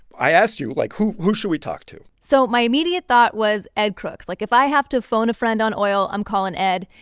i asked you, like, who who should we talk to? so my immediate thought was ed crooks. like, if i have to phone a friend on oil, i'm calling ed.